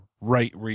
right